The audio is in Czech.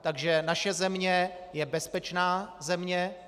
Takže naše země je bezpečná země.